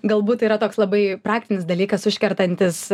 galbūt tai yra toks labai praktinis dalykas užkertantis